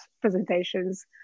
presentations